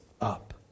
up